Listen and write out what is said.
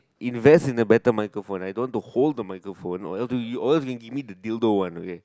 invest in a better microphone I don't want to hold the microphone or you or else you can give me the another one okay